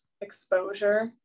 exposure